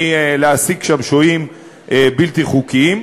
מלהעסיק שם שוהים בלתי חוקיים.